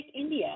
India